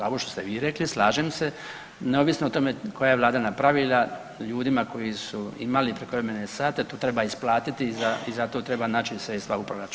A ovo što ste vi rekli, slažem se, neovisno o tome koja je vlada napravila, ljudima koji su imali prekovremene sate to treba isplatiti i za to treba naći sredstva u proračunu.